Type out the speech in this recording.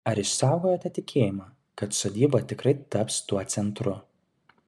ar išsaugojote tikėjimą kad sodyba tikrai taps tuo centru